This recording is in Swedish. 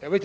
Här vill